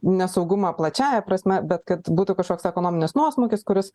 nesaugumą plačiąja prasme bet kad būtų kažkoks ekonominis nuosmukis kuris